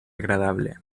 agradable